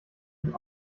nun